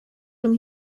when